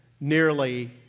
nearly